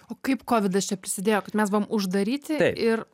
o kaip kovidas čia prisidėjo kad mes buvom uždaryti ir